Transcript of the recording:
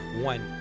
one